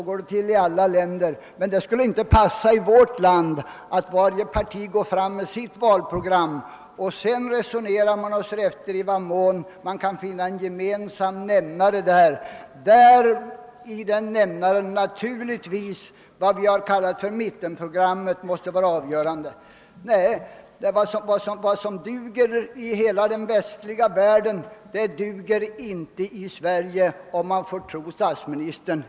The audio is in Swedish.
Däremot skulle det enligt statsministern inte passa i vårt land, att varje parti går ut med sitt valprogram och sedan undersöker om man kan finna en gemensam nämnare, där naturligtvis mittenprogrammet måste vara avgörande. Nej, vad som duger i hela den västliga världen duger inte i Sverige, om man får tro statsministern.